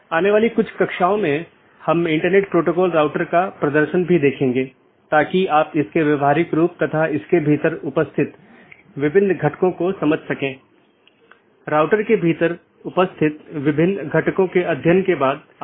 इसका मतलब है कि यह एक प्रशासनिक नियंत्रण में है जैसे आईआईटी खड़गपुर का ऑटॉनमस सिस्टम एक एकल प्रबंधन द्वारा प्रशासित किया जाता है यह एक ऑटॉनमस सिस्टम हो सकती है जिसे आईआईटी खड़गपुर सेल द्वारा प्रबंधित किया जाता है